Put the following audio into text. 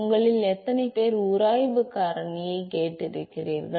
உங்களில் எத்தனை பேர் உராய்வு காரணியைக் கேட்டிருக்கிறீர்கள்